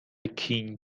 کینگ